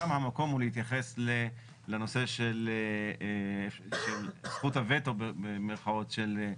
שם המקום הוא להתייחס לנושא של "זכות הוטו" של,